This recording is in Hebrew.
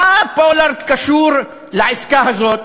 מה פולארד קשור לעסקה הזאת?